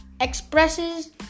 expresses